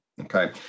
Okay